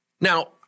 Now